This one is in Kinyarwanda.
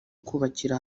kubakira